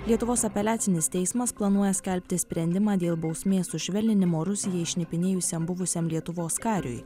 lietuvos apeliacinis teismas planuoja skelbti sprendimą dėl bausmės sušvelninimo rusijai šnipinėjusiam buvusiam lietuvos kariui